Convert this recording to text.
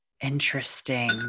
Interesting